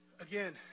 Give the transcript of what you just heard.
Again